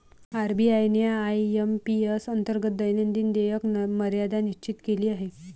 RBI ने IMPS अंतर्गत दैनंदिन देयक मर्यादा निश्चित केली आहे